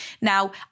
Now